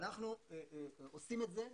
ואנחנו עושים את זה,